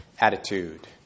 attitude